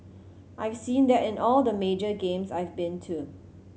I've seen that in all the major games I've been too